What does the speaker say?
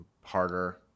harder